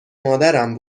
مادرم